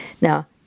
Now